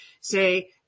say